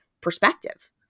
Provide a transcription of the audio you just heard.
perspective